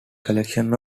collection